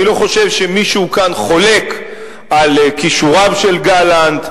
אני לא חושב שמישהו כאן חולק על כישוריו של גלנט,